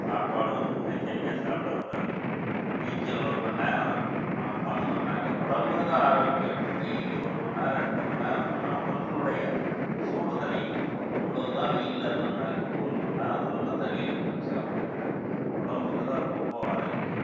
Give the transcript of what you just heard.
சாப்பாடு வந்து முன்னெச்சரிக்கையாக சாப்பிடக்கூடாது நீச்சல் ஒரு மணி நேரம் நம்ம பண்ணுனோமுன்னாக்க உடம்புக்கு தான் ஆரோக்கியம் டெய்லி ஒரு மணி நேரம் ரெண்டு மணி நேரம் இருந்தோம்னா உடம்பினுடைய சூடு தணியும் எவ்வளோவு தான் வெயிலில் இருந்தோம்னாக்கா ஒரு மணி நேரம் நல்லா தண்ணியில் குளித்தோம் அப்படின்னாக்கா உடம்புக்கு தான் ரொம்ப ஆரோக்கியம்